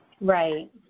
Right